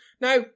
Now